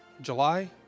July